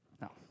No